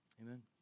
Amen